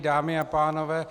Dámy a pánové